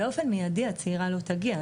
באופן מיידי הצעירה לא תגיע,